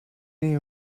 you